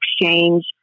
exchange